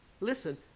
listen